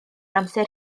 amser